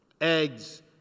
eggs